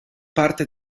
parte